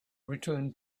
return